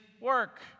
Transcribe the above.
work